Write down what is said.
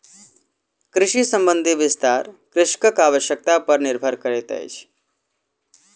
कृषि संबंधी विस्तार कृषकक आवश्यता पर निर्भर करैतअछि